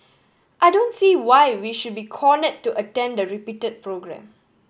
I don't see why we should be corner to attend the repeated programme